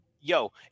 yo